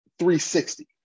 360